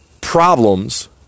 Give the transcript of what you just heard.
problems